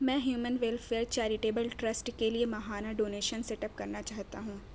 میں human welfare charitable trust کے لیے ماہانہ ڈونیشن سیٹ اپ کرنا چاہتا ہوں